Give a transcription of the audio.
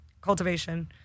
cultivation